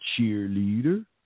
cheerleader